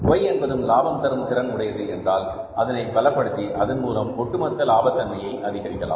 Y என்பதும் லாபம் தரும் திறன் உடையது என்றால் அதனை பலப்படுத்தி அதன் மூலம் ஒட்டுமொத்த லாபத் தன்மையை அதிகரிக்கலாம்